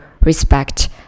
respect